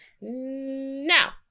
now